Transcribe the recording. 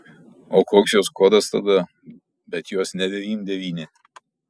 o koks jos kodas tada bet jos ne devym devyni